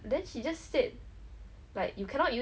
eh microphone